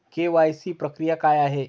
KYC प्रक्रिया काय आहे?